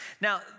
Now